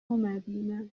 مدیونم